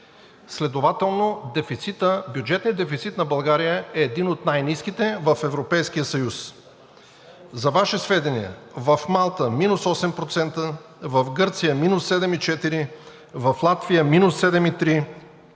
Следователно бюджетният дефицит на България е един от най-ниските в Европейския съюз. За Ваше сведение в Малта е минус 8%, в Гърция е минус 7,4, в Латвия е минус 7,3,